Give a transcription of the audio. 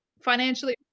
financially